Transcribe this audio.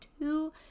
two